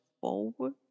forward